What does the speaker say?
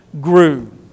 grew